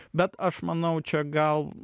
bet aš manau čia gal